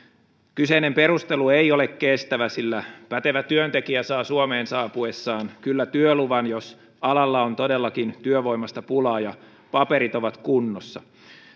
kyseinen perustelu ei ole kestävä sillä pätevä työntekijä saa suomeen saapuessaan kyllä työluvan jos alalla on todellakin työvoimasta pulaa ja paperit ovat kunnossa